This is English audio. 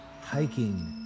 hiking